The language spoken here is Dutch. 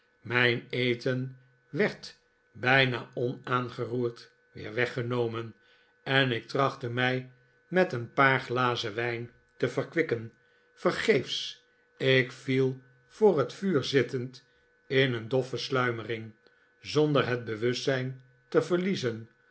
mijn eten werd bijna onaangeroerd weer weggenomen en ik trachtte mij met een paar glazen wijn te verkwikken vergeefs ik viel voor het vuur zittend in een doffe simmering zonder het bewustzijn te verliezen